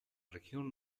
región